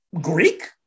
Greek